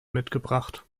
mitgebracht